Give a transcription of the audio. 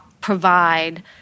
provide